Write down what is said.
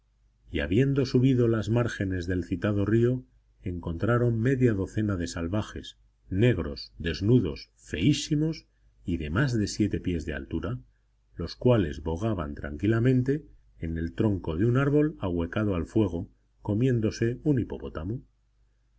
y habiendo subido las márgenes del citado río encontraron media docena de salvajes negros desnudos feísimos y de más de siete pies de altura los cuales bogaban tranquilamente en el tronco de un árbol ahuecado al fuego comiéndose un hipopótamo